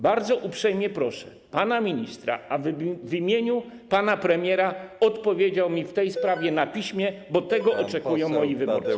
Bardzo uprzejmie proszę pana ministra, aby w imieniu pana premiera odpowiedział mi w tej sprawie na piśmie, bo tego oczekują moi wyborcy.